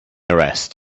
arrest